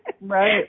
Right